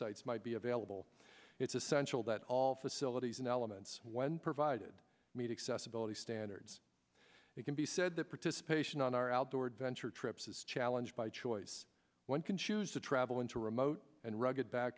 sites might be available it's essential that all facilities and elements when provided meet accessibility standards it can be said that participation on our outdoor adventure trips is challenged by choice one can choose to travel into remote and rugged back